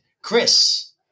Chris